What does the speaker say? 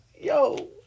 yo